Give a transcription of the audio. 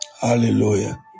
Hallelujah